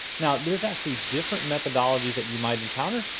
now, there's actually different methodologies that you might encounter.